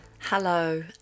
Hello